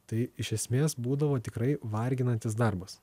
tai iš esmės būdavo tikrai varginantis darbas